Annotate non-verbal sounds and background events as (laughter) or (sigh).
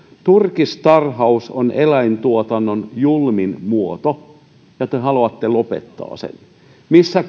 turkistarhaus on eläintuotannon julmin muoto ja te haluatte lopettaa sen missä (unintelligible)